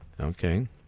Okay